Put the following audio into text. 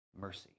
mercy